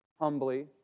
humbly